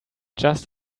just